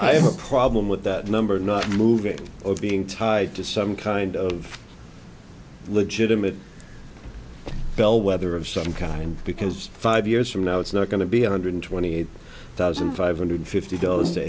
i have a problem with that number not moving or being tied to some kind of legitimate bellwether of some kind because five years from now it's not going to be a hundred twenty eight thousand five hundred fifty